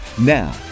Now